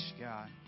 God